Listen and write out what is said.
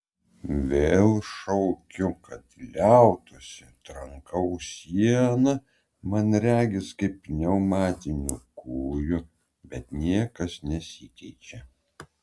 vėl šaukiu kad liautųsi trankau sieną man regis kaip pneumatiniu kūju bet niekas nesikeičia